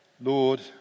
Lord